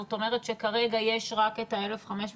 זאת אומרת שכרגע יש רק את ה-1,550,